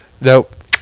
Nope